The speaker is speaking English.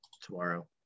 tomorrow